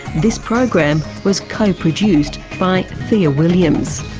this program was coproduced by thea williams.